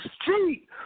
street